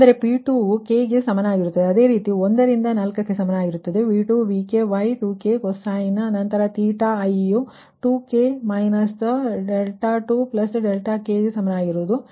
ಅಂದರೆ P2 ವು k ಗೆ ಸಮನಾಗಿರುತ್ತದೆ ಅದೇ ರೀತಿ 1 ರಿಂದ 4 ಕ್ಕೆ ಸಮನಾಗಿರುತ್ತದೆ ಮತ್ತು V2 VkY2k ಕೊಸೈನ್ ನಂತರ i ವು 2 k ಮೈನಸ್2ಪ್ಲಸ್ k ಸಮಾನವಾಗಿರುತ್ತದೆ